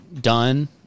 done